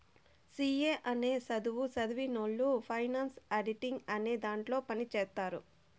C A అనే సధువు సదివినవొళ్ళు ఫైనాన్స్ ఆడిటింగ్ అనే దాంట్లో పని చేత్తారు